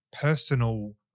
personal